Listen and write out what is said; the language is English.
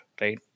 right